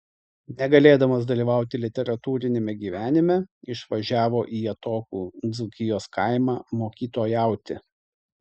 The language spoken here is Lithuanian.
negalėdamas dalyvauti literatūriniame gyvenime išvažiavo į atokų dzūkijos kaimą mokytojauti